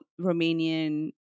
Romanian